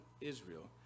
Israel